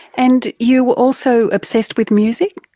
and you were also obsessed with music?